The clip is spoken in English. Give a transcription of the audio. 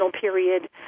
period